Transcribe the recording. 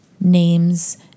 names